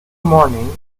morning